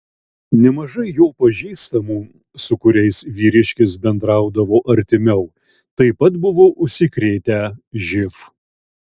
nemažai jo pažįstamų su kuriais vyriškis bendraudavo artimiau taip pat buvo užsikrėtę živ